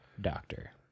doctor